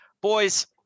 Boys